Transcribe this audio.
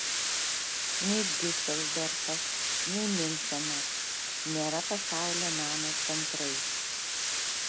nei diuseldorfas nei miunchenas nėra pasaulio meno centrai